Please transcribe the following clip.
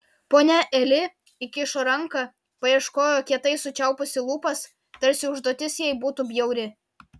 ponia eli įkišo ranką paieškojo kietai sučiaupusi lūpas tarsi užduotis jai būtų bjauri